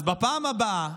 אז בפעם הבאה